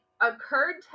occurred